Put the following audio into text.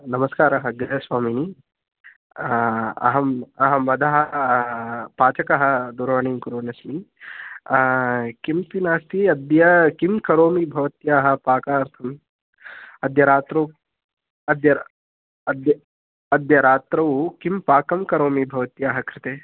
नमस्कारः गृहस्वामिनि अहम् अहम् अधः पाचकः दूरवाणीं कुर्वन्नस्मि किं किमस्ति अद्य किं करोमि भवत्याः पाकार्थम् अद्य रात्रौ अद्य अद्य अद्य रात्रौ किं पाकं करोमि भवत्याः कृते